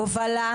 הובלה,